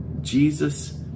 Jesus